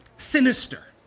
sinister,